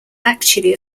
actually